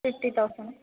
fifty thousand